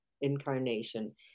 incarnation